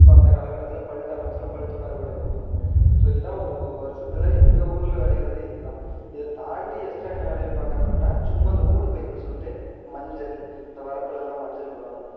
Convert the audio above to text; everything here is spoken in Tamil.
ஸோ அந்த காலக்கட்டத்தில் பழுக்க ஆரமிச்சிடும் பழுத்தொடன்னே அறுவடை பார்ப்பாங்க ஸோ இதுதான் ஒரு வருடத்துல எங்கள் ஊரில் விளையிறது இது தான் இதை தாண்டி எக்ஸ்டா என்ன விளைவிப்பாங்க அப்புடின்னா சும்மா இந்த ஊடு பயிர்னு சொல்லிட்டு மஞ்சள் இந்த வரப்புலலாம் மஞ்சள் போடுவாங்க